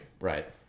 Right